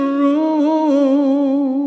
room